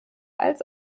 als